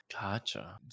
Gotcha